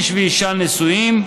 איש ואישה נשואים,